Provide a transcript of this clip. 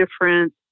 different